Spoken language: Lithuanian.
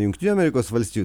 jungtinių amerikos valstijų